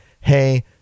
hey